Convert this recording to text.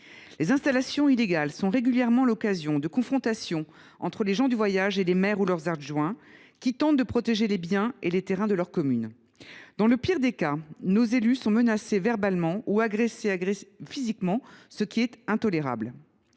Les installations illégales sont régulièrement l’occasion de confrontations entre les gens du voyage et les maires ou leurs adjoints, qui tentent de protéger les biens et les terrains de leur commune. Dans le pire des cas, nos élus sont menacés verbalement, voire agressés physiquement, ce qui est intolérable.